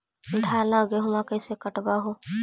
धाना, गेहुमा कैसे कटबा हू?